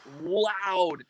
loud